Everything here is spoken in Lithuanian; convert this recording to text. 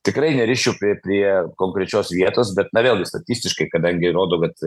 tikrai nerisčiau prie prie konkrečios vietos bet na vėl gi statistiškai kadangi rodo kad